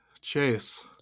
Chase